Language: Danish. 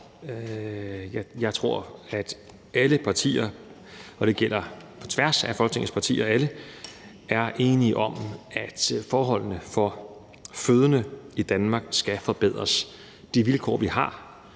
Jeg tror, at alle partier, og det gælder på tværs af Folketingets partier, er enige om, at forholdene for fødende i Danmark skal forbedres. De vilkår, vi har,